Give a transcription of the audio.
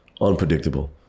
unpredictable